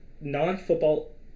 non-football